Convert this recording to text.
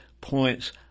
points